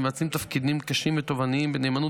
והם מבצעים תפקידים קשים ותובעניים בנאמנות